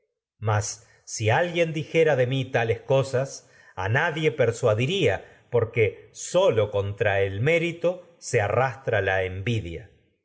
mas si alguien dijera de tales cosas se mi a nadie persuadiría porque la sólo contra los el mérito arrastra envidia